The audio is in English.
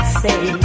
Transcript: say